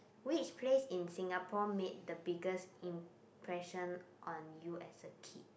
which place in Singapore made the biggest impression on you as a kid